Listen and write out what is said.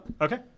Okay